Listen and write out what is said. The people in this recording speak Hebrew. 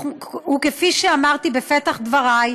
וכפי שאמרתי בפתח דבריי,